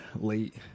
late